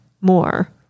more